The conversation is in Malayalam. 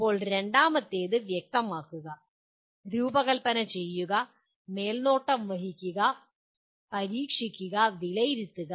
ഇപ്പോൾ രണ്ടാമത്തേത് വ്യക്തമാക്കുക രൂപകൽപ്പന ചെയ്യുക മേൽനോട്ടം വഹിക്കുക പരീക്ഷിക്കുക വിലയിരുത്തുക